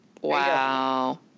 Wow